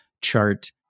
chart